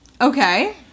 Okay